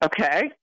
Okay